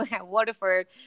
Waterford